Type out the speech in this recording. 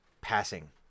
passing